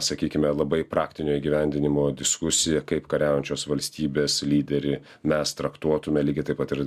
sakykime labai praktinio įgyvendinimo diskusiją kaip kariaujančios valstybės lyderį mes traktuotume lygiai taip pat ir